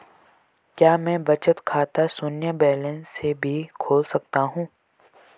क्या मैं बचत खाता शून्य बैलेंस से भी खोल सकता हूँ?